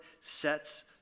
sets